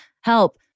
help